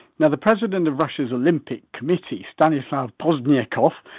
now the president of russia's olympic committee stanislav pozdnyakov,